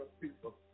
people